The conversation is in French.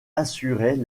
assurait